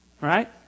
right